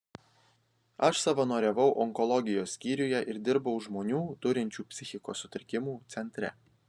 aš savanoriavau onkologijos skyriuje ir dirbau žmonių turinčių psichikos sutrikimų centre